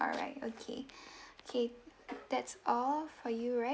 alright okay okay that's all for you right